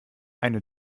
eine